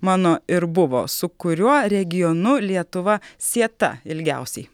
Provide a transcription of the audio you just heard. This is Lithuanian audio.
mano ir buvo su kuriuo regionu lietuva sieta ilgiausiai